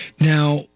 Now